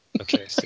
Okay